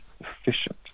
efficient